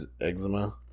eczema